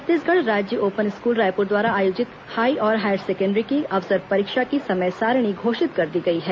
छत्तीसगढ़ राज्य open school Raipur द्वारा आयोजित हाई और हायर सेकेण्डरी की अवसर परीक्षा की समय सारिणी घोषित कर दी गई है